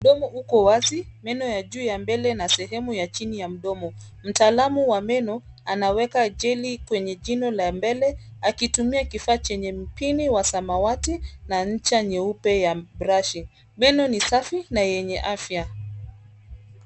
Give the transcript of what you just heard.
Mdomo uko wazi, meno ya juu ya mbele na sehemu ya chini ya mdomo. Mtaalamu wa meno anaweka jeli kwenye jino la mbele akitumia kifaa chenye mpini wa samawati na ncha nyeupe ya brushi. Meno ni safi na yenye afya.